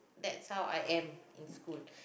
that's how I am in school